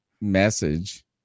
message